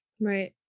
Right